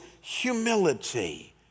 humility